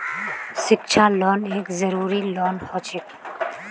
शिक्षा लोन एक जरूरी लोन हछेक